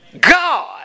God